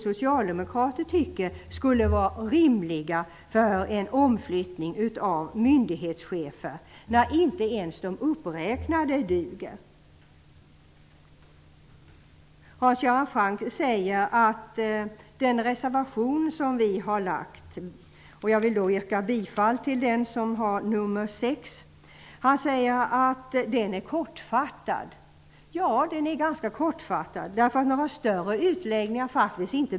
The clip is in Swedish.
Socialdemokraterna egentligen tycker är rimliga för en omflyttning av myndighetschefer, när inte ens de uppräknade skälen duger. Jag vill yrka bifall till reservation nr 6. Hans Göran Franck säger att den är kortfattad. Det stämmer. Några större utläggningar behövs faktiskt inte.